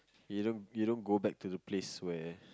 you don't you don't go back to the place where